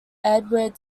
edward